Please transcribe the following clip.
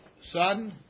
son